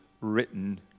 written